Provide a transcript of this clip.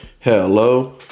Hello